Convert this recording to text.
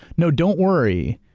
no, don't worry,